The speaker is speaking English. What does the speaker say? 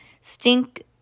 Stink